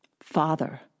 Father